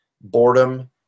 boredom